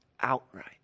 outright